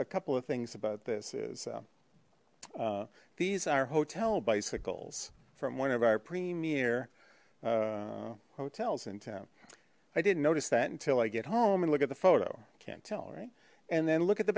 a couple of things about this is these are hotel bicycles from one of our premier hotels in town i didn't notice that until i get home and look at the photo can't tell right and then look at the